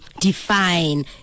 define